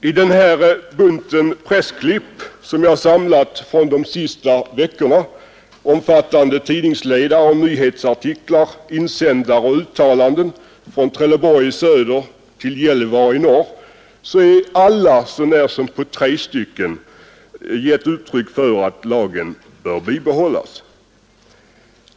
I den pressklippsbunt som jag samlat från de senaste veckorna, omfattande tidningsledare, nyhetsartiklar, insändare och uttalanden från Trelleborg i söder till Gällivare i norr, har man i samtliga fall så när som på tre gett uttryck för att lagen bör bibehållas.